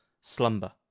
slumber